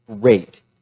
great